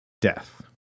death